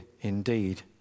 indeed